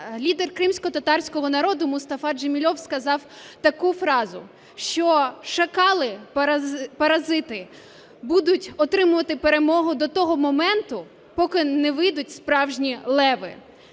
лідер кримськотатарського народу Мустафа Джемілєв сказав таку фразу, що "шакали, паразити будуть отримувати перемогу до того моменту, поки не вийдуть справжні леви".